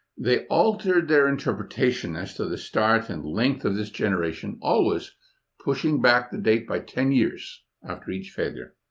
they altered their interpretation as to the start and length of this generation, always pushing back the date by ten years after each failure.